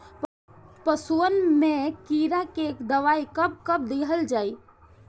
पशुअन मैं कीड़ा के दवाई कब कब दिहल जाई?